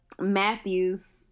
Matthews